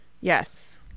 Yes